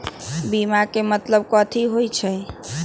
बीमा के मतलब कथी होई छई?